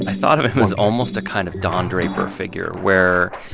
and thought of him was almost a kind of don draper figure, where,